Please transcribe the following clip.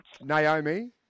Naomi